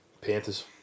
Panthers